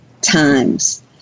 times